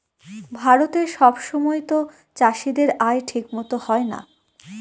ভারতে সব সময়তো চাষীদের আয় ঠিক মতো হয় না